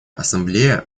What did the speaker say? ассамблея